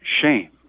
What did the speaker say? shame